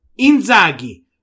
Inzaghi